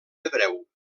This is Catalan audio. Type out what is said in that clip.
hebreu